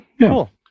cool